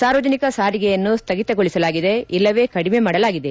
ಸಾರ್ವಜನಿಕ ಸಾರಿಗೆಯನ್ನು ಸ್ನಗಿತಗೊಳಿಸಲಾಗಿದೆ ಇಲ್ಲವೇ ಕಡಿಮೆ ಮಾಡಲಾಗಿದೆ